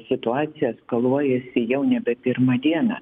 situacija eskaluojasi jau nebe pirmą dieną